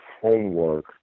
homework